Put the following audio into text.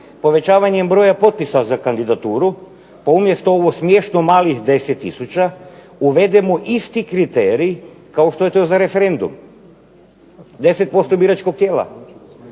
povećanjem broja potpisa za kandidaturu, pa umjesto ovo smiješno malih 10000 uvedemo isti kriterij kao što je to za referendum, 10% biračkog tijela.